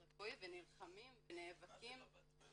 ונלחמים ונאבקים -- מה זה לא בהתוויות,